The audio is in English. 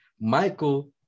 Michael